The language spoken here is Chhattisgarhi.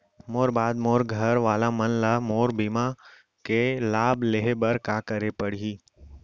मोर बाद मोर घर वाला मन ला मोर बीमा के लाभ लेहे बर का करे पड़ही?